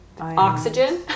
Oxygen